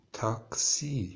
taxi